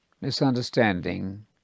misunderstanding